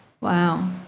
Wow